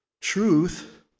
truth